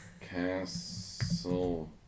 Castle